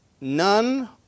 none